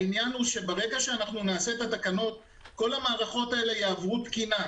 העניין הוא שברגע שנעשה תקנות כל המערכות האלה יעברו תקינה,